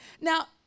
Now